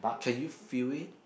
can you feel it